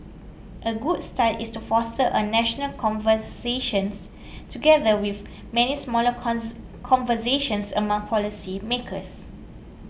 a good start is to foster a national conversations together with many smaller conversations among policy makers